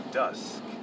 dusk